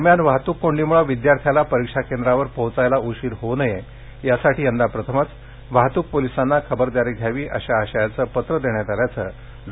दरम्यान वाहतूक कोंडीमुळे विद्यार्थ्याला परीक्षा केंद्रावर पोचायला उशीर होऊ नये यासाठी यंदा प्रथमच वाहतूक पोलिसांना खबरदारी घ्यावी अशा आशयाचं पत्र देण्यात आल्याचं डॉ